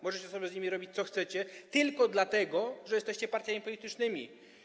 Możecie sobie z nimi robić, co chcecie, tylko dlatego, że jesteście partiami politycznymi.